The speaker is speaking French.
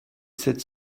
sept